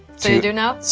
so you do now?